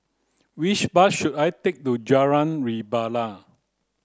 which bus should I take to Jalan Rebana